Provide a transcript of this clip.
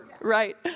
Right